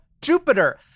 Jupiter